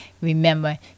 remember